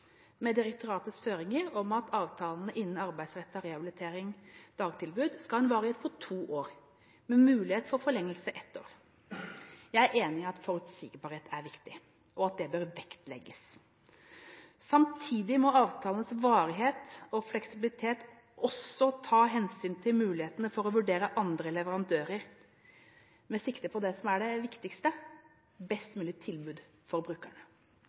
med direktoratets føringer om at avtalene innenfor Arbeidsrettet rehabilitering – dagtilbudet skal ha en varighet på to år, med mulighet for forlengelse i ett år. Jeg er enig i at forutsigbarhet er viktig, og at det bør vektlegges. Samtidig må avtalenes varighet og fleksibilitet også ta hensyn til muligheten for å vurdere andre leverandører, med sikte på det som er det viktigste: best mulige tilbud til brukerne.